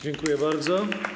Dziękuję bardzo.